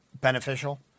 beneficial